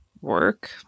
work